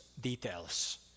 details